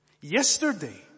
Yesterday